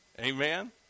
Amen